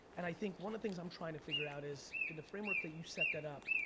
and i think one of the things i'm trying to figure out is in the framework that you set that up,